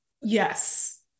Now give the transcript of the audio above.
Yes